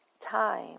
time